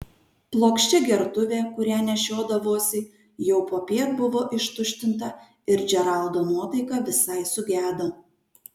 plokščia gertuvė kurią nešiodavosi jau popiet buvo ištuštinta ir džeraldo nuotaika visai sugedo